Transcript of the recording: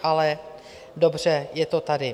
Ale dobře, je to tady.